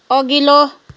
अघिल्लो